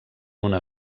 una